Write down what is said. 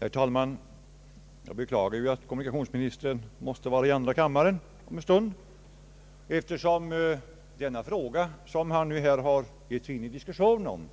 Herr talman! Jag beklagar att kommunikationsministern måste vara i andra kammaren om en stund, eftersom den fråga han nu gett sig in i diskussion om